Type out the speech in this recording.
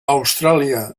austràlia